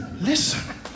Listen